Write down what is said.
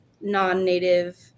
non-native